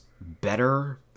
better